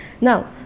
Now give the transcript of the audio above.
Now